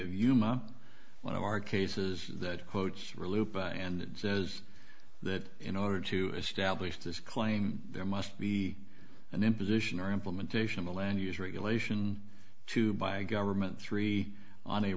yuma one of our cases that quotes and says that in order to establish this claim there must be an imposition or implementation of a land use regulation to buy a government three on a